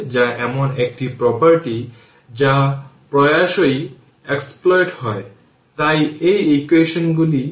তাহলে তার মানে L di dt i R 0 এর মানে di dt R L i 0 বা di i R L dt তাই উভয় দিকে ইন্টিগ্রেট করুন